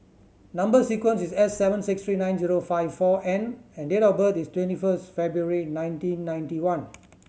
number sequence is S seven six three nine zero five four N and date of birth is twenty first February nineteen ninety one